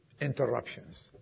interruptions